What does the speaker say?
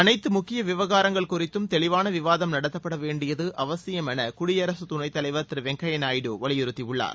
அனைத்து முக்கிய விவகாரங்கள் குறித்தும் தெளிவான விவாதம் நடத்தப்பட வேண்டியது அவசியம் என குடியரசு துணைத் தலைவர் திரு வெங்கய்ய நாயுடு வலியுறுத்தியுள்ளார்